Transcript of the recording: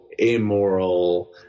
amoral